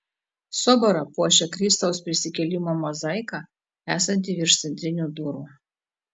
soborą puošia kristaus prisikėlimo mozaika esanti virš centrinių durų